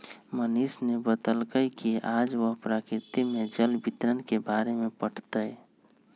मनीष ने बतल कई कि आज वह प्रकृति में जल वितरण के बारे में पढ़ तय